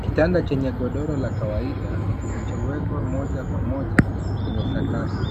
Kitanda chenye godoro la kawaida kilichowekwa moja kwa moja kwenye sakafu.